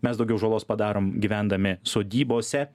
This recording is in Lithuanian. mes daugiau žalos padarom gyvendami sodybose